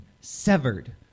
severed